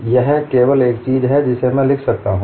यह केवल एक चीज है जिसे मैं लिख सकता हूं